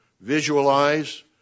visualize